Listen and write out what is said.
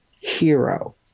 hero